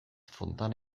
fontana